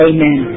Amen